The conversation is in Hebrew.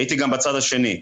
הייתי גם בצד השני.